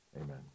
Amen